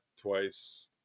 twice